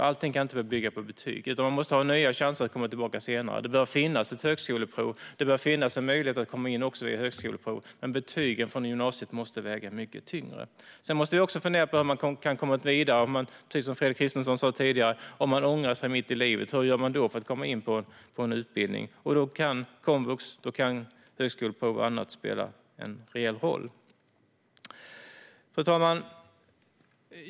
Allt kan inte bygga på betyg. Man måste få nya chanser att komma tillbaka senare. Det bör finnas ett högskoleprov och en möjlighet att komma in med det, men betygen från gymnasiet måste väga tyngre. Som Fredrik Christensson sa: Om man ångrar sig mitt i livet, hur gör man då för att komma in på en utbildning? Då kan komvux, högskoleprov och annat spela en reell roll. Fru talman!